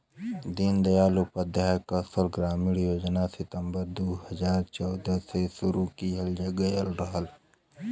दीन दयाल उपाध्याय कौशल ग्रामीण योजना सितम्बर दू हजार चौदह में शुरू किहल गयल रहल